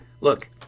look